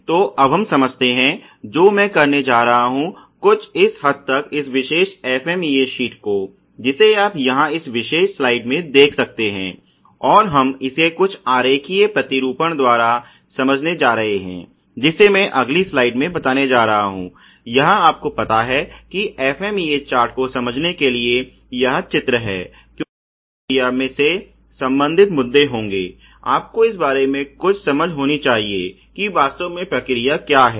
तो अब हम समझते हैं जो मैं करने जा रहा हूँ कुछ इस हद तक इस विशेष FMEA शीट को जिसे आप यहाँ इस विशेष स्लाइड में देख सकते हैं और हम इसे कुछ आरेखीय प्रतिरूपण द्वारा समझने जा रहे हैं जिसे मैं अगली स्लाइड में बताने जा रहा हूँ यहाँ आप को पता है कि FMEA चार्ट को समझने के लिए यह चित्र हैं क्योंकि प्रक्रिया से संबंधित मुद्दे होंगे आपको इस बारे में कुछ समझ होनी चाहिए कि वास्तव में प्रक्रिया क्या है